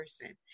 person